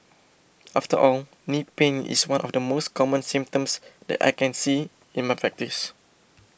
after all knee pain is one of the most common symptoms that I can see in my practice